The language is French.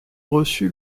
reçu